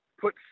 put